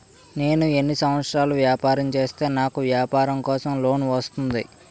నేను ఎన్ని సంవత్సరాలు వ్యాపారం చేస్తే నాకు వ్యాపారం కోసం లోన్ వస్తుంది?